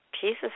Jesus